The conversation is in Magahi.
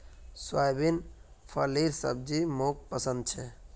सोयाबीन फलीर सब्जी मोक पसंद छे